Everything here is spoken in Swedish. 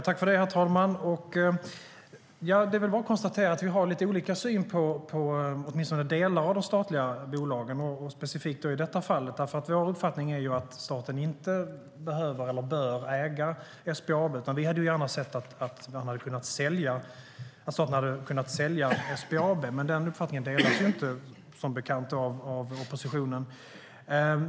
Herr talman! Det är bara att konstatera att vi har lite olika syn på åtminstone delar av de statliga bolagen, specifikt i detta fall. Vår uppfattning är att staten inte behöver eller bör äga SBAB. Vi hade gärna sett att staten hade kunnat sälja SBAB. Men den uppfattningen delas inte, som bekant, av oppositionen.